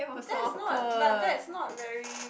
that's not but that's not very